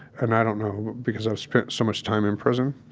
and i don't know, because i've spent so much time in prison,